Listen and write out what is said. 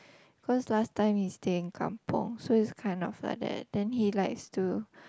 cause last time he stay in kampung so it's kind of like that then he likes to